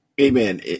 Amen